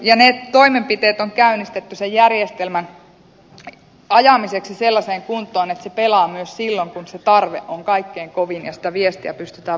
ne toimenpiteet on käynnistetty sen järjestelmän ajamiseksi sellaiseen kuntoon että se pelaa myös silloin kun se tarve on kaikkein kovin ja sitä viestiä pystytään välittämään tällä verkostolla